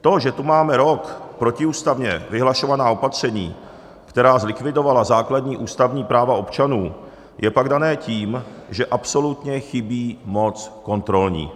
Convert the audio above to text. To, že tu máme rok protiústavně vyhlašovaná opatření, která zlikvidovala základní ústavní práva občanů, je pak dáno tím, že absolutně chybí moc kontrolní.